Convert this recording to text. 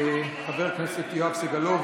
ישיב להצעת החוק חבר הכנסת יואב סגלוביץ',